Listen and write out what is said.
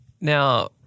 Now